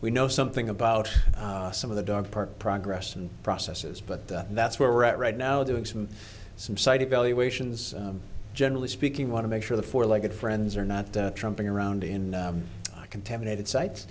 we know something about some of the dog park progress and processes but that's where we're at right now doing some some site evaluations generally speaking want to make sure the four legged friends are not tramping around in contaminated sites